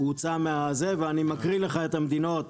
אני קורא לך את המדינות: